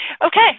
Okay